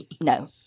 No